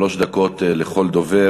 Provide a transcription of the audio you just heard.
שלוש דקות לכל דובר,